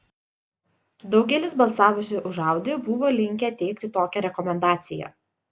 daugelis balsavusių už audi buvo linkę teikti tokią rekomendaciją